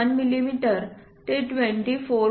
1 मिमी ते 24